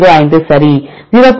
05 சரி 0